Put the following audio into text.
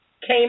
came